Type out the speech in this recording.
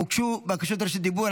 הוגשו בקשות לדיבור.